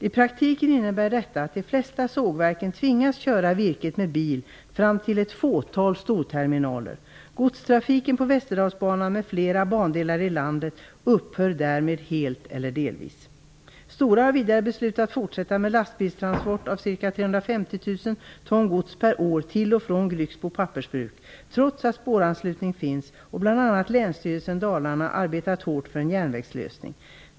I praktiken innebär detta att de flesta av sågverken tvingas köra virket med bil fram till ett fåtal storterminaler. Godstrafiken på Stora har vidare beslutat fortsätta med lastbilstransport av ca 350 000 ton gods per år till och från Grycksbo Pappersbruk, trots att spåranslutning finns och bl.a. Länsstyrelsen Dalarna arbetat hårt för en järnvägslösning.